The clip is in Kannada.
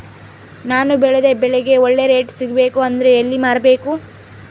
ನಾನು ಬೆಳೆದ ಬೆಳೆಗೆ ಒಳ್ಳೆ ರೇಟ್ ಸಿಗಬೇಕು ಅಂದ್ರೆ ಎಲ್ಲಿ ಮಾರಬೇಕು?